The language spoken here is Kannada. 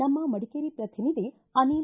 ನಮ್ಮ ಮಡಿಕೇರಿ ಪ್ರತಿನಿಧಿ ಅನಿಲ್